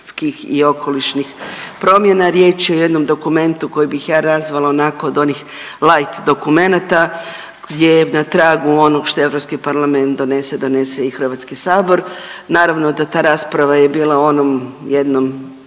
i okolišnih promjena. Riječ je o jednom dokumentu koji bih ja nazvala onako od onih light dokumenata gdje je na tragu onog što EP donese, donese i HS. Naravno da ta rasprava je bila u onom jednom